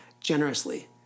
generously